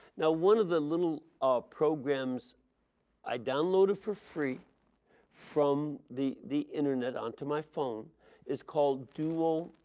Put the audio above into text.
now one of the little programs i downloaded for free from the the internet onto my phone is called duolingo.